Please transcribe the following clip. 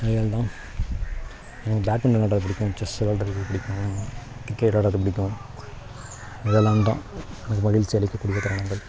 இவைகள் தான் எனக்கு பேட்மிட்டன் விளையாட்றது பிடிக்கும் செஸ் விளையாட்றது பிடிக்கும் கிரிக்கெட் விளையாட்றது பிடிக்கும் இதெல்லாம் தான் எனக்கு மகிழ்ச்சி அளிக்கக்கூடிய தருணங்கள்